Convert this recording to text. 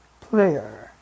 player